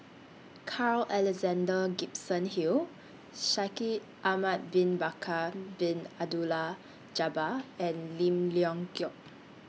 Carl Alexander Gibson Hill Shaikh Ahmad Bin Bakar Bin Abdullah Jabbar and Lim Leong Geok